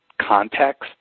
context